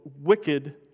wicked